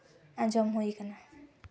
ᱟᱸᱡᱚᱢ ᱦᱩᱭ ᱠᱟᱱᱟ